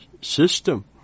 system